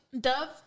Dove